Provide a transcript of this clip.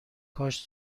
کاش